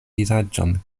vizaĝon